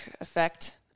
effect